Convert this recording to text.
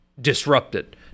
Disrupted